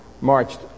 marched